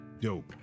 Dope